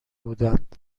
بودند